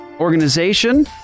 organization